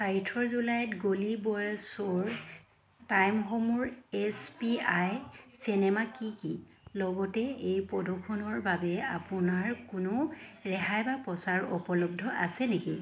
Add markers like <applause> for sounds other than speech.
<unintelligible> জুলাইত গলী বয়ৰ শ্ব' টাইমসমূহ এছ পি আই চিনেমা কি কি লগতে এই প্ৰদৰ্শনৰ বাবে আপোনাৰ কোনো ৰেহাই বা প্ৰচাৰ উপলব্ধ আছে নেকি